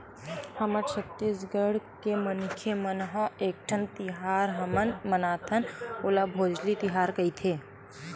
हमर छत्तीसगढ़ के मनखे मन ह एकठन तिहार हमन मनाथन ओला भोजली तिहार कइथे